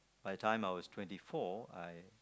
by the time I was twenty four I